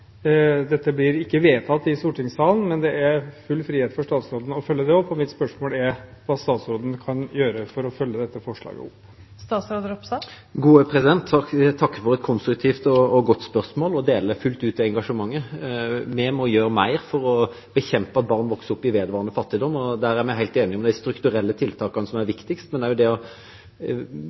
Dette blir ikke vedtatt i stortingssalen, men det er full frihet for statsråden til å følge det opp. Og mitt spørsmål er: Hva kan statsråden gjøre for å følge opp dette forslaget? Jeg takker for et konstruktivt og godt spørsmål og deler fullt ut dette engasjementet. Vi må gjøre mer for å bekjempe at barn vokser opp i vedvarende fattigdom. Der er vi helt enige om de strukturelle tiltakene som er viktigst. Men det handler om å